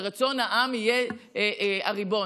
שרצון העם יהיה הריבון,